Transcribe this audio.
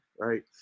right